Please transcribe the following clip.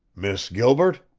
miss gilbert?